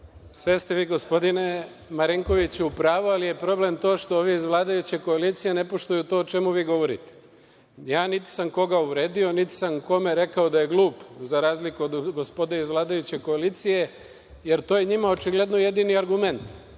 Sve ste vi, gospodine Marinkoviću, u pravu. Ali, problem je to što ovi iz vladajuće koalicije ne poštuju to o čemu vi govorite. Niti sam ja koga uvredio, niti sam kome rekao da je glup, za razliku od gospode iz vladajuće koalicije, jer to je njima očigledno jedini argument,